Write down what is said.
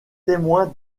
témoin